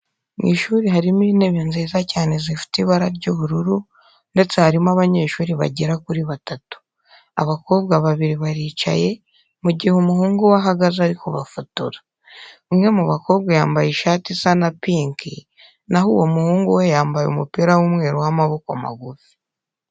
Mu ishuri harimo intebe nziza cyane zifite ibara ry'ubururu ndetse harimo abanyeshuri bagera kuri batatu. Abakobwa babiri baricaye, mu gihe umuhungu we ahagaze ari kubafotora. Umwe mu bakobwa yambaye ishati isa na pinki, na ho uwo muhungu we yambaye umupira w'umweru w'amaboko magufi.